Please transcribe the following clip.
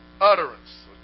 utterance